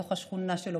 בתוך השכונה שלו,